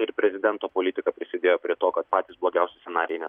ir prezidento politika prisidėjo prie to kad patys blogiausi scenarijai ne